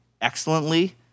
excellently